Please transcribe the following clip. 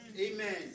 Amen